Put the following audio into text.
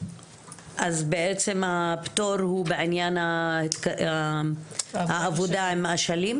אז בעצם הפטור הוא בעניין העבודה עם אשלים?